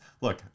look